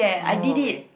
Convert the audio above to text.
no way